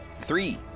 Three